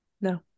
No